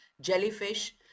jellyfish